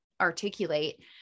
articulate